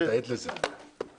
ננעלה בשעה 17:18.